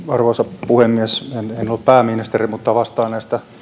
arvoisa puhemies en ole pääministeri mutta vastaan näistä